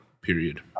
period